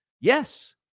Yes